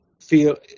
feel